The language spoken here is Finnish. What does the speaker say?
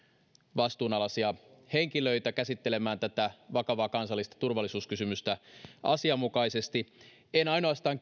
vastuunalaisia henkilöitä käsittelemään tätä vakavaa kansallista turvallisuuskysymystä asianmukaisesti en ainoastaan